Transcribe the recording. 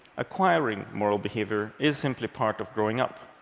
acquiring moral behavior is simply part of growing up,